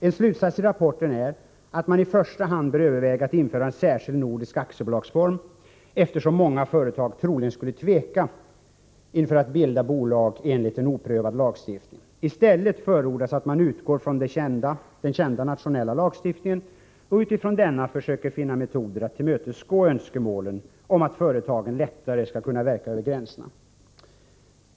En slutsats i rapporten är att man inte i första hand bör överväga att införa en särskild aktiebolagsform, eftersom många företag troligen skulle tveka inför att bilda bolag enligt en oprövad lagstiftning. I stället förordas att man utgår från den kända nationella lagstiftningen och utifrån denna försöker finna metoder för att tillmötesgå önskemålen om att företagen lättare skall kunna verka över gränserna.